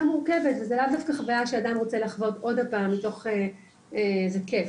מורכבת וזה לאו דווקא חוויה שאדם רוצה לחוות עוד פעם מתוך איזה כייף,